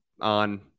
on